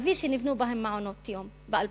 שנבנו בהם מעונות-יום ב-2008.